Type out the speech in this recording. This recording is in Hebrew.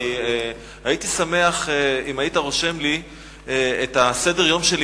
אני הייתי שמח אם היית רושם לי את הסדר-יום שלי,